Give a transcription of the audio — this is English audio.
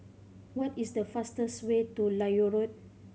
what is the fastest way to Lloyd Road